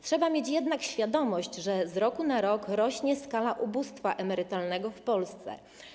Trzeba mieć jednak świadomość, że z roku na rok rośnie skala ubóstwa emerytalnego w Polsce.